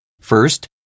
First